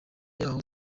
yaho